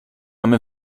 mamy